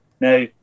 Now